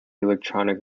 electronic